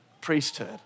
priesthood